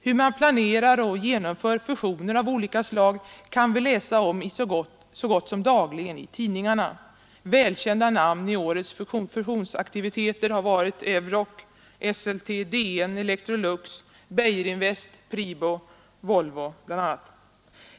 Hur man planerar och genomför fusioner av olika slag kan vi läsa om så gott som dagligen i tidningarna. Välkända namn i årets fusionsaktiviteter har varit bl.a. Euroc, Esselte, DN, Electrolux, Beijerinvest, Pribo och Volvo.